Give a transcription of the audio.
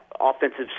offensive